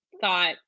thought